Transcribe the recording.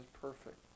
perfect